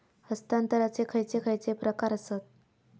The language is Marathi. हस्तांतराचे खयचे खयचे प्रकार आसत?